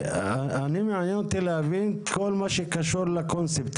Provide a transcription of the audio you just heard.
מעניין אותי להבין כל מה שקשור לקונספט